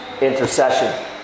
intercession